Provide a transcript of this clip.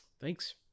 Thanks